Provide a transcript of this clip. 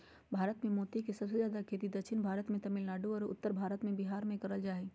भारत मे मोती के सबसे जादे खेती दक्षिण भारत मे तमिलनाडु आरो उत्तर भारत के बिहार मे करल जा हय